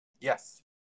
Yes